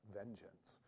vengeance